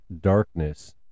Darkness